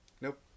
Nope